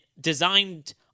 designed